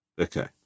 Okay